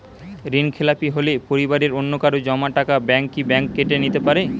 ঋণখেলাপি হলে পরিবারের অন্যকারো জমা টাকা ব্যাঙ্ক কি ব্যাঙ্ক কেটে নিতে পারে?